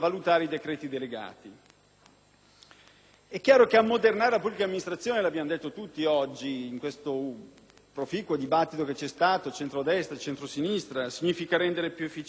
È chiaro che ammodernare la pubblica amministrazione - lo abbiamo detto tutti oggi nel proficuo dibattito che c'è stato tra centrodestra e centrosinistra - significa rendere più efficiente ed efficace la spesa pubblica;